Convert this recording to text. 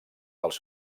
dels